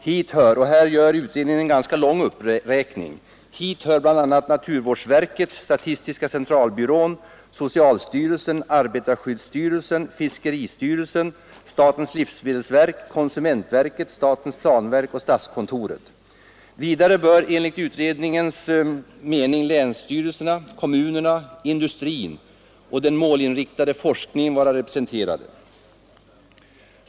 Hit hör enligt utredningen bl.a. naturvårdsverket, statistiska centralbyrån, socialstyrelsen, arbetarför miljövården skyddsstyrelsen, fiskeristyrelsen, statens livsmedelsverk, konsumentverket, statens planverk och statskontoret. Vidare bör enligt utredningens mening länsstyrelserna, kommunerna, industrin och den målinriktade forskningen vara representerade.